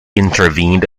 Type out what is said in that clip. intervened